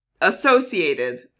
associated